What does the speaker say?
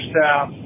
staff